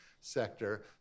sector